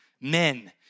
men